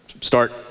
start